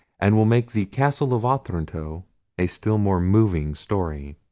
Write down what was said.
and will make the castle of otranto a still more moving story.